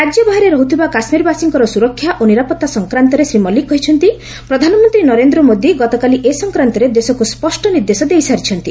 ରାଜ୍ୟ ବାହାରେ ରହୁଥିବା କାଶ୍ମୀରବାସୀଙ୍କର ସୁରକ୍ଷା ଓ ନିରାପତ୍ତା ସଂକ୍ରାନ୍ତରେ ଶ୍ରୀ ମଲ୍ଲିକ କହିଛନ୍ତି ପ୍ରଧାନମନ୍ତ୍ରୀ ନରେନ୍ଦ୍ର ମୋଦି ଗତକାଲି ଏ ସଂକ୍ରାନ୍ତରେ ଦେଶକ୍ ସ୍ୱଷ୍ଟ ନିର୍ଦ୍ଦେଶ ଦେଇସାରିଛନ୍ତି